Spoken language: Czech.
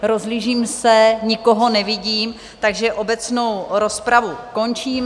Rozhlížím se, nikoho nevidím, takže obecnou rozpravu končím.